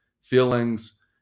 feelings